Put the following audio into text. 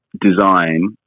design